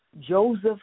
Joseph